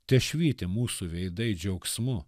tešvyti mūsų veidai džiaugsmu